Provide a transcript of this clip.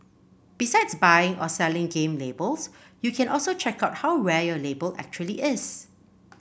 besides buying or selling game labels you can also check out how rare your label actually is